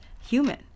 human